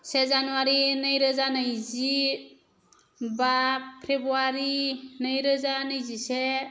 से जानुवारी नैरोजा नैजि बा फेब्रुवारी नैरोजा नैजिसे